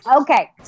Okay